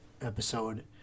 episode